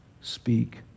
speak